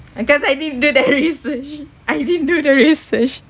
uh cause I didn't do the research I didn't do the research